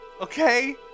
Okay